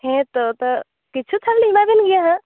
ᱦᱮᱸ ᱛᱳ ᱟᱫᱚ ᱠᱤᱪᱷᱩ ᱪᱷᱟᱲ ᱞᱤᱧ ᱮᱢᱟ ᱵᱮᱱ ᱜᱮᱭᱟ ᱦᱟᱜ